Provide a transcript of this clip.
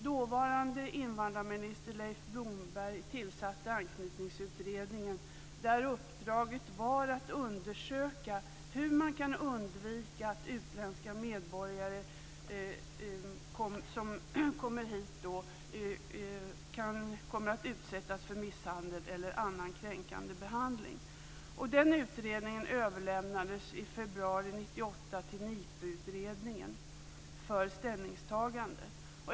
Dåvarande invandrarminister Leif Blomberg tillsatte Anknytningsutredningen, där uppdraget var att undersöka hur man kan undvika att utländska medborgare som kommer hit kommer att utsättas för misshandel eller annan kränkande behandling. Den utredningen överlämnades i februari 1998 till NIPU-utredningen för ställningstagande.